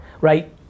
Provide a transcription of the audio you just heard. right